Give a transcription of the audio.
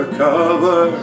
cover